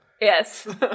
Yes